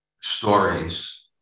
stories